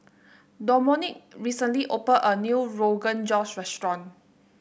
Domonique recently opened a new Rogan Josh restaurant